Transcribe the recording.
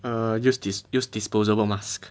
err use this use disposable masks